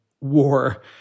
war